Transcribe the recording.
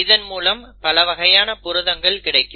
இதன் மூலம் பலவகையான புரதங்கள் கிடைக்கும்